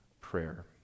prayer